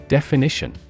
Definition